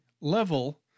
level